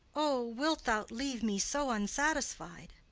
o, wilt thou leave me so unsatisfied?